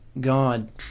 God